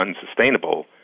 unsustainable